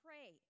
Pray